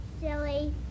Silly